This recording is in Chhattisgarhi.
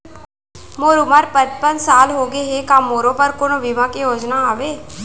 मोर उमर पचपन साल होगे हे, का मोरो बर कोनो बीमा के योजना हावे?